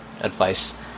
advice